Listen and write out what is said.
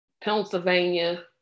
Pennsylvania